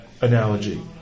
analogy